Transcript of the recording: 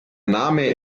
name